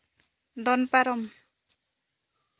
ᱫᱚᱱ ᱯᱟᱨᱚᱢ